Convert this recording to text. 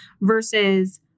versus